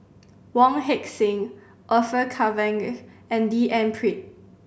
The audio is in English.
Wong Heck Sing Orfeur Cavenagh and D N Pritt